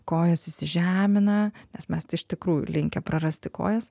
kojos įsižemina nes mes tai iš tikrųjų linkę prarasti kojas